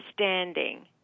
understanding